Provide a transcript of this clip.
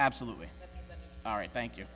absolutely all right thank you